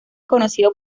conocido